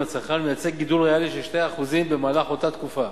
לצרכן ומייצג גידול ריאלי של 2% במהלך אותה תקופה.